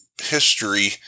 history